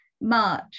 March